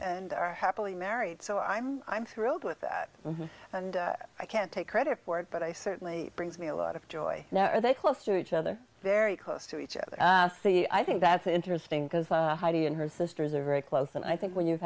and are happily married so i'm i'm thrilled with that and i can't take credit for it but i certainly brings me a lot of joy now are they close to each other very close to each other i think that's interesting because heidi and her sisters are very close and i think when you've